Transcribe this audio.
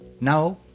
Now